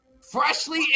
freshly